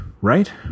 right